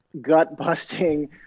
gut-busting